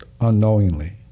unknowingly